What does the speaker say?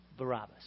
Barabbas